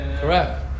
Correct